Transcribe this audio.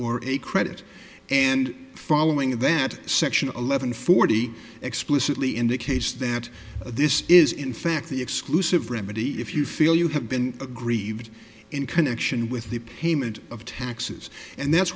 or a credit and following that section eleven forty explicitly indicates that this is in fact the exclusive remedy if you feel you have been aggrieved in connection with the payment of taxes and that's